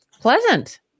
Pleasant